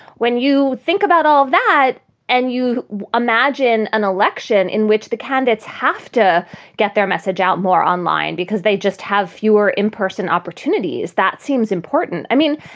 when you think about all that and you imagine an election in which the candidates have to get their message out more online because they just have fewer in-person opportunities, that seems important i mean,